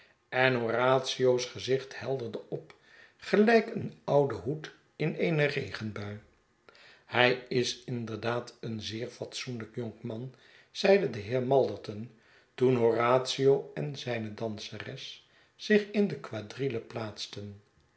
en horatio's gezicht helderde op gelijk een oude hoed in eene regenbui hij is inderdaad een zeer fatsoenlijk jonkman zeide de heer malderton toen horatio en zljne danseres zich in de quadrille plaatsten